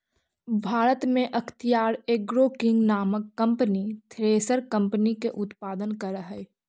भारत में अख्तियार Agro King नामक कम्पनी थ्रेसर मशीन के उत्पादन करऽ हई